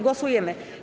Głosujemy.